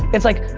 it's like,